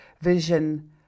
vision